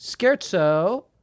Scherzo